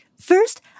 first